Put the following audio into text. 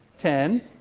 ten.